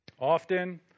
often